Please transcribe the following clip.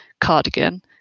cardigan